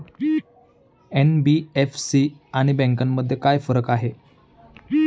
NBFC आणि बँकांमध्ये काय फरक आहे?